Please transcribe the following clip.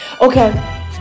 Okay